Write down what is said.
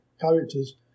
characters